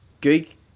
geek